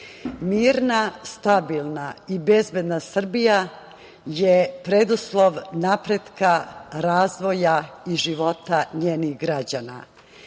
mirna, stabilna i bezbedna Srbija je preduslov napretka razvoja i života njenih